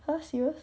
!huh! serious